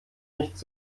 nichts